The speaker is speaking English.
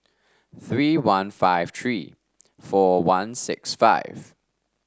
three nine five three four one six five